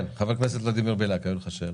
כן, חבר הכנסת ולדימיר בליאק, היו לך שאלות.